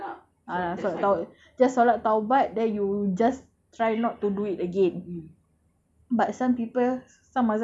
the solat that you missed ah solat tau~ just solat taubat then you just try not to do it again